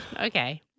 Okay